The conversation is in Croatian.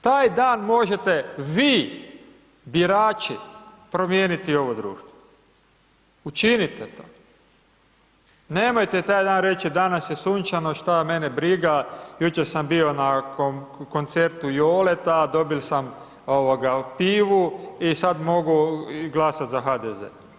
Taj dan možete vi birači promijeniti ovo društvo, učinite to, nemojte taj dan reći danas je sunčano, što mene briga, jučer sam bio na koncertu Joleta, dobio sam pivu i sada mogu i glasati za HDZ.